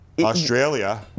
Australia